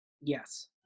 Yes